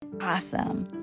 Awesome